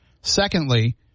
Secondly